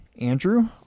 Andrew